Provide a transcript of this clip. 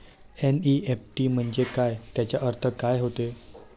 NEFT म्हंजे काय, त्याचा अर्थ काय होते?